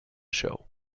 show